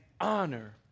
honor